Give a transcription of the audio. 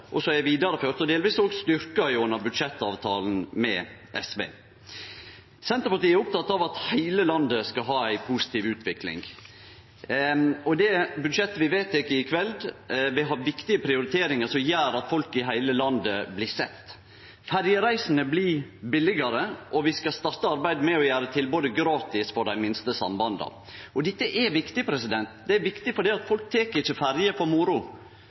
og kommunikasjonsområdet, og som er vidareførte og delvis òg styrkte gjennom budsjettavtalen med SV. Senterpartiet er oppteke av at heile landet skal ha ei positiv utvikling. Budsjettet vi vedtek i kveld, vil ha viktige prioriteringar som gjer at folk i heile landet blir sett. Ferjereisene blir billigare, og vi skal starte arbeidet med å gjere tilbodet gratis for dei minste sambanda. Dette er viktig. Det er viktig, for folk tek ikkje ferje for moro.